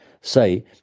say